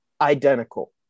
identical